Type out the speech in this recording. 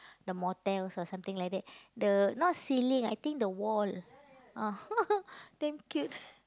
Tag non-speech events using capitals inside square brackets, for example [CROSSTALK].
the motels or something like that the not ceiling I think the wall [LAUGHS] damn cute